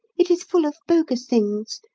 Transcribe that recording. it is full of bogus things,